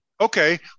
Okay